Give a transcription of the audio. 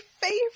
favorite